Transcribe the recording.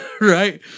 right